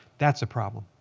that's a problem.